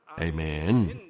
Amen